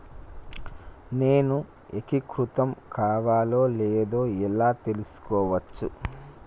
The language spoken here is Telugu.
నేను ఏకీకృతం కావాలో లేదో ఎలా తెలుసుకోవచ్చు?